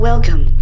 Welcome